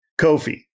Kofi